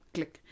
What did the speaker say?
Click